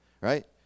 Right